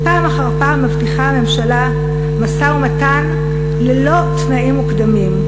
פעם אחר פעם מבטיחה הממשלה משא-ומתן ללא תנאים מוקדמים,